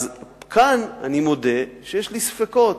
כאן אני מודה שיש לי ספקות,